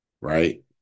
Right